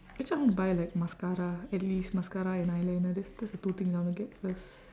actually I want to buy like mascara at least mascara and eyeliner that's that's the two things I wanna get first